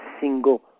single